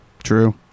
True